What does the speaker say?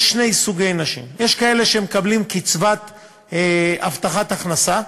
יש שני סוגי נשים: יש כאלה שמקבלות קצבת הבטחת הכנסה,